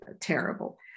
terrible